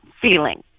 feeling